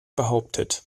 behauptet